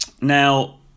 Now